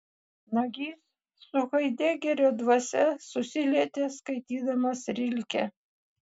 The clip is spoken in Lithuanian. nagys su haidegerio dvasia susilietė skaitydamas rilkę